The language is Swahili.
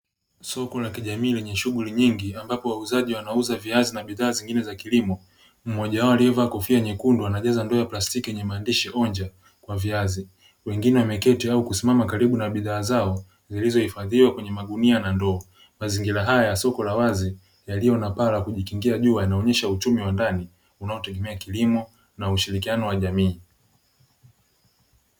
Soko la kijamii lenye shughuli nyingi ambapo wauzaji wanauza viazi na bidhaa zingine za kilimo mmoja wao aliyevaa kofia nyekundu anajaza ndoo ya plastiki yenye maandishi "onja" kwa viazi, wengine wameketi au kusimama karibu na bidhaa zao zilizohifadhiwa kwenye magunia na ndoo, mazingira haya ya soko la wazi yaliyo na paa la kujikingia jua linaonyesha uchumi wa ndani unaotegemea kilimo na ushirikiano wa jamii.